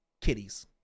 kitties